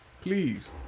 please